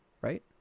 right